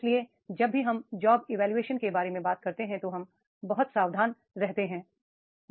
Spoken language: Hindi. इसलिए जब भी हम जॉब इवोल्यूशन के बारे में बात करते हैं तो हमें बहुत सावधान रहना होगा